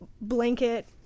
blanket